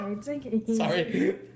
Sorry